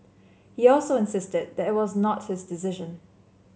he also insisted that it was not his decision